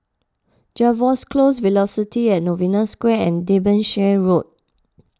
Jervois Close Velocity at Novena Square and Derbyshire Road